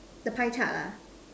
the pie chart ah